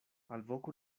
alvoku